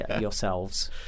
yourselves